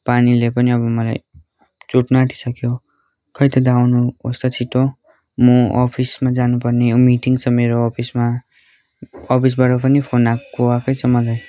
पानीले पनि अब मलाई चुट्नु आँटिसक्यो खै त दा आउनुहोस् त छिटो म अफिसमा जानुपर्ने मिटिङ छ मेरो अफिसमा अफिसबाट पनि फोन आएको आएकै छ मलाई